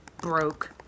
broke